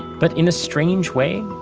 but in a strange way,